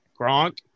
Gronk